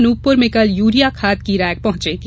अनूपपुर में कल यूरिया खाद की रैक पहुंचेगी